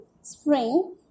Spring